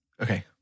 Okay